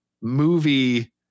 movie